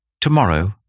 Tomorrow